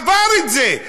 עבר את זה.